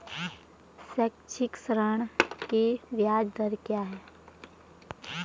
शैक्षिक ऋण की ब्याज दर क्या है?